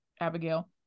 Abigail